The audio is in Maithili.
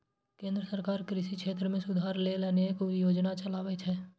केंद्र सरकार कृषि क्षेत्र मे सुधार लेल अनेक योजना चलाबै छै